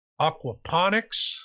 aquaponics